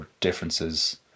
differences